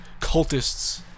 cultists